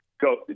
go